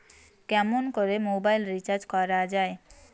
কেমন করে mobile recharge করা য়ায়?